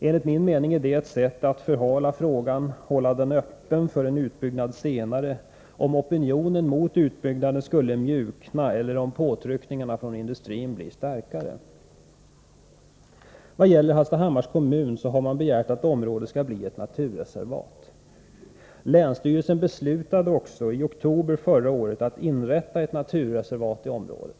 Enligt min mening är det ett sätt att förhala frågan och hålla öppet för en utbyggnad senare, om opinionen mot utbyggnaden skulle mjukna, eller om påtryckningarna från industrin skulle bli starkare. Hallstahammars kommun har begärt att området skall bli ett naturreservat. Länsstyrelsen beslutade också i oktober förra året att inrätta ett naturreservat i området.